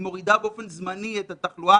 היא מורידה באופן זמני את התחלואה,